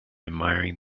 admiring